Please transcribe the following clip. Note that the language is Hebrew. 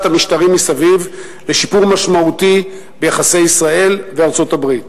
המשטרים מסביב לשיפור משמעותי ביחסי ישראל וארצות-הברית.